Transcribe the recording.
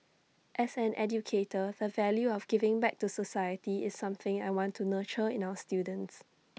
as an educator the value of giving back to society is something I want to nurture in our students